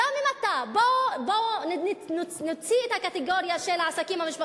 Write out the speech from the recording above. בוא נוציא את הקטגוריה של העסקים המשפחתיים,